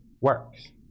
works